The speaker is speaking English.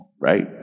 right